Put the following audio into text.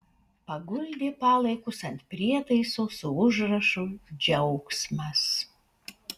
paguldė palaikus ant prietaiso su užrašu džiaugsmas